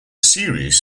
series